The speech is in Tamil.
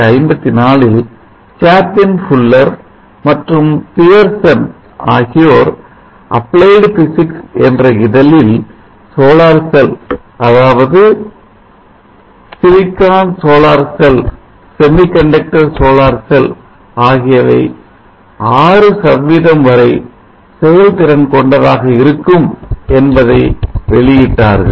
1954இல் Chapin Fuller மற்றும் Pearson ஆகியோர் அப்பிளைட் பிசிக்ஸ் என்ற இதழில் சோலார் செல் அதாவது silicon solar cell semiconductor solar cell ஆகியவை 6 வரை செயல்திறன் கொண்டதாக இருக்கும் என்பதை வெளியிட்டார்கள்